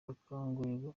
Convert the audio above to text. bakanguriwe